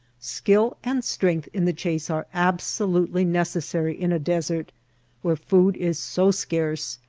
skill and strength in the chase are abso lutely necessary in a desert where food is so scarce,